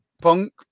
punk